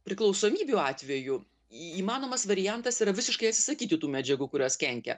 priklausomybių atveju įmanomas variantas yra visiškai atsisakyti tų medžiagų kurios kenkia